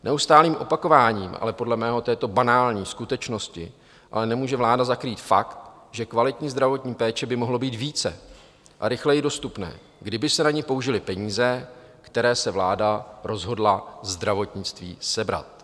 Neustálým opakováním této podle mého banální skutečnosti ale nemůže vláda zakrýt fakt, že kvalitní zdravotní péče by mohlo být více a rychleji dostupné, kdyby se na ni použily peníze, které se vláda rozhodla zdravotnictví sebrat.